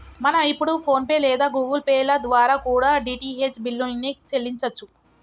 మనం ఇప్పుడు PhonePe లేదా గుగుల్ పే ల ద్వారా కూడా డీ.టీ.హెచ్ బిల్లుల్ని చెల్లించచ్చు